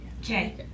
Okay